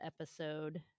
episode